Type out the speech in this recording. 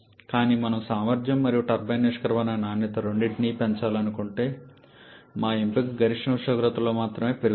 కానీ మనము సామర్థ్యం మరియు టర్బైన్ నిష్క్రమణ నాణ్యత రెండింటినీ పెంచాలనుకుంటే మా ఎంపిక గరిష్ట ఉష్ణోగ్రతలో మాత్రమే పెరుగుదల